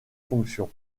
fonctions